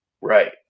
Right